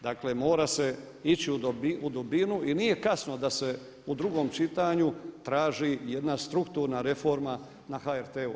Dakle mora se ići u dubinu i nije kasno da se u drugom čitanju traži jedna strukturna reforma na HRT-u.